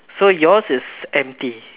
so yours is empty